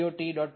got